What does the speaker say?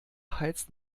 heizt